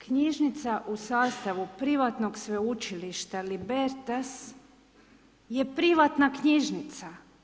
Knjižnica u sastavu privatnog sveučilišta Libertas je privatna knjižnica.